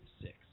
six